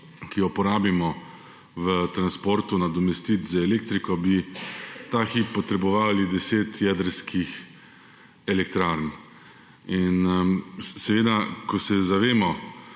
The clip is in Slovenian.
ki jo porabimo v transportu, nadomestiti z elektriko, bi ta hip potrebovali deset jedrskih elektrarn. Seveda, ko se zavemo,